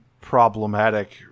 problematic